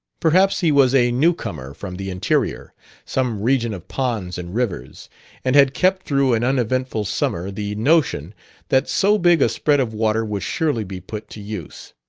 perhaps he was a new-comer from the interior some region of ponds and rivers and had kept through an uneventful summer the notion that so big a spread of water would surely be put to use.